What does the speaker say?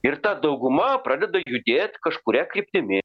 ir ta dauguma pradeda judėt kažkuria kryptimi